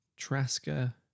Trasca